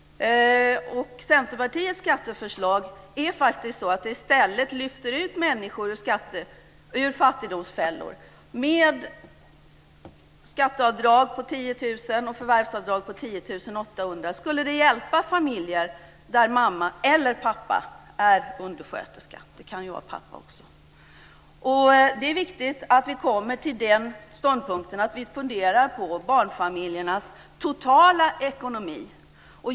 Centerpartiets skatteförslag är faktiskt sådant att det i stället lyfter ut människor ur fattigdomsfällor. Ett skatteavdrag på 10 000 och ett förvärvsavdrag på 10 800 skulle hjälpa familjer där mamma eller pappa - det kan ju vara pappa också - är undersköterska. Det är viktigt att vi funderar på barnfamiljernas totala ekonomi.